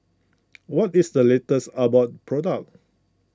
what is the latest Abbott product